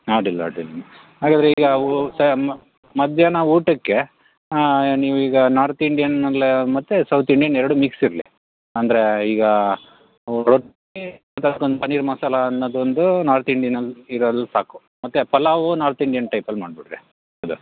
ಹಾಂ ಅಡ್ಡಿಲ್ಲ ಅಡ್ಡಿಲ್ಲ ಹಾಗಾದರೆ ಈಗ ಊಟ ಮಧ್ಯಾಹ್ನ ಊಟಕ್ಕೆ ನೀವೀಗ ನಾರ್ತ್ ಇಂಡಿಯನಲ್ಲಿ ಮತ್ತೆ ಸೌತ್ ಇಂಡಿಯನ್ ಎರಡು ಮಿಕ್ಸ್ ಇರಲಿ ಅಂದ್ರೆ ಈಗ ರೊಟ್ಟಿ ಅದಕ್ಕೆ ಒಂದು ಪನ್ನೀರ್ ಮಸಾಲ ಅನ್ನೋದೊಂದು ನಾರ್ತ್ ಇಂಡಿಯನಲ್ಲಿ ಇರದ್ರಲ್ಲಿ ಸಾಕು ಮತ್ತೆ ಪಲಾವು ನಾರ್ತ್ ಇಂಡಿಯನ್ ಟೈಪಲ್ಲಿ ಮಾಡ್ಬಿಡ್ರಿ ಅದು